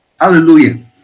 Hallelujah